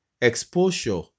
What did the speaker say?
exposure